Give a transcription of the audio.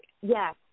Yes